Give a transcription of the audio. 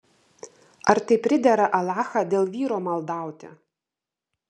ar tai pridera alachą dėl vyro maldauti